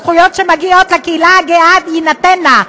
הזכויות שמגיעות לקהילה הגאה תינתנה,